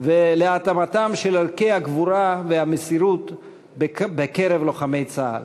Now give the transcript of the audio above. ולהטמעתם של ערכי הגבורה והמסירות בקרב לוחמי צה"ל.